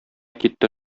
китте